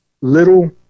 Little